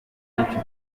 byinshi